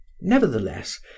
Nevertheless